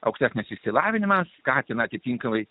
aukštesnis išsilavinimas skatina atitinkamai